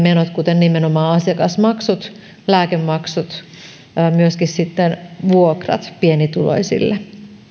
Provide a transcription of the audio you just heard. kuten nimenomaan asiakasmaksut lääkemaksut myöskin vuokrat pienituloisilla